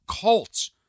cults